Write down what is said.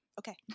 okay